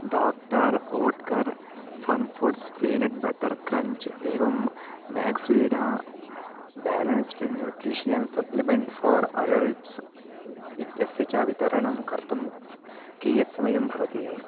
doctor Oetker fun foods peanut butter crunch एवं Maxvida balanced nutrition supplement for adults इत्यस्य च वितरणं कर्तुं कियत् समयं भवति